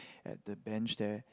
at the bench there